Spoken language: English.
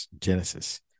Genesis